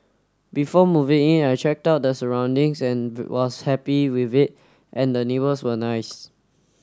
before moving in I checked out the surroundings and was happy with it and the neighbours were nice